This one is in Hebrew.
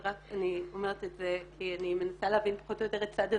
ורק אני אומרת את זה כי אני מנסה להבין פחות או יותר את סד הזמנים.